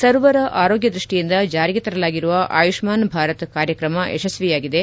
ಸರ್ವರ ಆರೋಗ್ಯ ದೃಷ್ಟಿಯಿಂದ ಜಾರಿಗೆ ತರಲಾಗಿರುವ ಆಯುಷ್ಮಾನ್ ಭಾರತ್ ಕಾರ್ಯಕ್ರಮ ಯಶಸ್ತಿಯಾಗಿದೆ